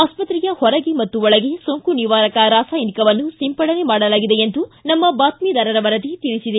ಆಸ್ತ್ರೆಯ ಹೊರಗೆ ಮತ್ತು ಒಳಗೆ ಸೋಂಕು ನಿವಾರಕ ರಾಸಾಯನಿಕವನ್ನು ಸಿಂಪಡಣೆ ಮಾಡಲಾಗಿದೆ ಎಂದು ನಮ್ಮ ಬಾತ್ಮಿದಾರರ ವರದಿ ತಿಳಿಸಿದೆ